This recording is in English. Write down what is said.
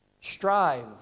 Strive